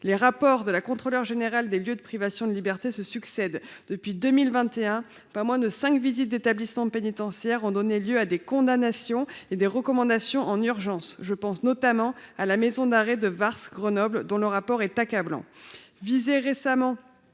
Les rapports de la Contrôleure générale des lieux de privation de liberté se succèdent. Depuis 2021, pas moins de cinq visites d’établissements pénitentiaires ont donné lieu à des condamnations et à des recommandations en urgence. Je pense notamment à la maison d’arrêt de Grenoble Varces, qui a fait